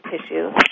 tissue